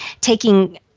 taking